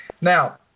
Now